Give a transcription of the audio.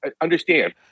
understand